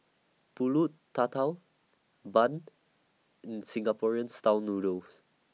Pulut Tatal Bun and Singaporean Style Noodles